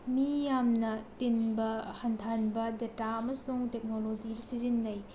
ꯃꯤ ꯌꯥꯝꯅ ꯇꯤꯟꯕ ꯍꯟꯊꯍꯟꯕ ꯗꯦꯇꯥ ꯑꯃꯁꯨꯡ ꯇꯦꯛꯅꯣꯂꯣꯖꯤꯗ ꯁꯤꯖꯤꯟꯅꯩ